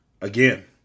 again